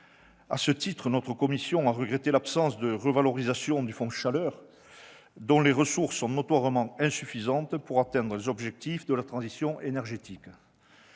À ce titre, la commission a regretté l'absence de revalorisation du Fonds chaleur, dont les ressources sont notoirement insuffisantes pour atteindre les objectifs de la transition énergétique.